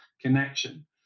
connection